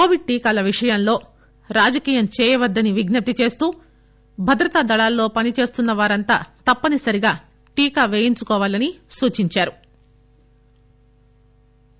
Covid టీకాల విషయంలో రాజకీయం చేయవద్దని విజప్తి చేస్తూ భద్రతా దళాల్లో పని చేస్తున్న వారందరూ తప్పనిసరిగా టీకా తీసుకోవాలని సూచించారు